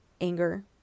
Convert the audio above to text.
anger